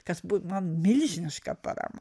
kas buvo man milžiniška parama